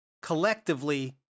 collectively